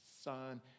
son